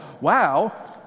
wow